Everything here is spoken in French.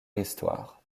histoire